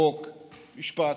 חוק, משפט,